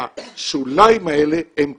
השוליים האלה הם קריטיים,